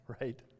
Right